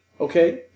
Okay